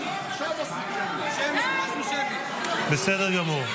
--- שמית --- בסדר גמור.